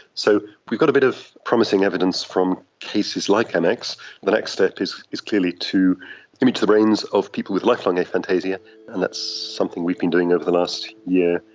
so we got a bit of promising evidence from cases like mx. the next step is is clearly to image the brains of people with a lifelong aphantasia and that's something we've been doing over the last year,